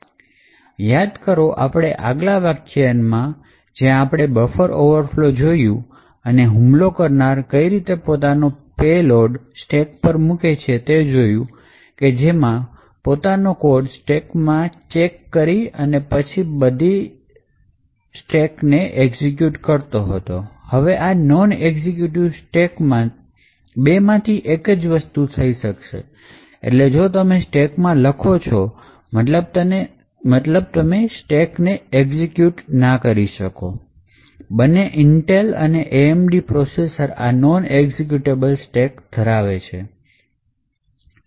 તો યાદ કરો આપણો આગળ વ્યાખ્યાન કે જ્યાં આપણે buffer overflow જોયું અને હુમલો કરનાર કઈ રીતે પોતાનો payload સ્ટેકમાં મૂકે છે કે જેથી એ પોતાનો કોડ સ્ટેકમાં ચેક કરી અને પછી સ્ટેકને એક્ઝિક્યુટ કરતો હતો હવે આ નોન એક્ઝિક્યુટિવ સ્ટેકમાં બેમાંથી એક જ વસ્તુ થઈ શકશે એટલે જો તમે સ્ટેક માં લખો છો મતલબ તમે સ્ટેકને એક્ઝિક્યુટ ના કરી શકો બંને Intel અને AMD પ્રોસેસર આ નોન એક્ઝિક્યુટેબલ સ્ટેક ધરાવે છે